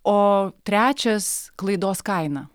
o trečias klaidos kaina